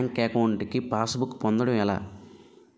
Bank account కి passbook పొందడం ఎలా?